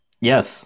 Yes